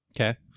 Okay